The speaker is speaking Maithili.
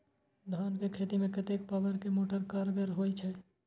धान के खेती में कतेक पावर के मोटर कारगर होई छै?